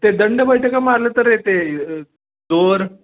ते दंडबैठका मारलं तर येते जोर